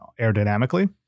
aerodynamically